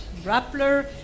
Rappler